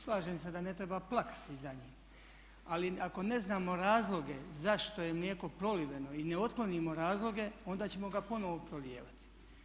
Slažem se da ne treba plakati za njim, ali ako ne znamo razloge zašto je mlijeko proliveno i ne otklonimo razloge onda ćemo ga ponovno prolijevati.